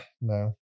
no